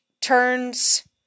turns